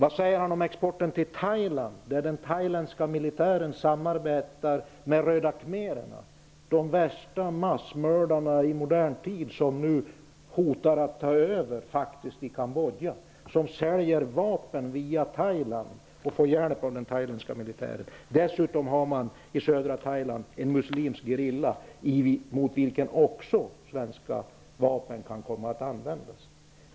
Vad säger han om exporten till Thailand, vars militär samarbetar med Röda khmererna, de värsta massmördarna i modern tid, som nu faktiskt hotar att ta över i Cambodja? De säljer vapen via Thailand och får hjälp av den thailändska militären. Dessutom har man i södra Thailand en muslimsk gerilla, mot vilken också svenska vapen kan komma att användas.